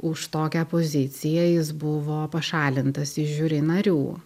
už tokią poziciją jis buvo pašalintas iš žiuri narių